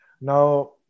Now